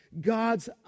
God's